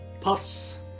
puffs